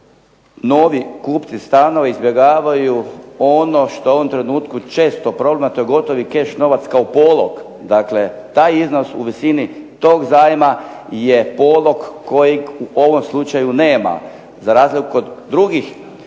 novi kupci stanova izbjegavaju ono što je u ovom trenutku često problem a to je gotovi keš novac kao polog. Dakle, taj iznos u visini tog zajma je polog kojeg u ovom slučaju nema za razliku od drugih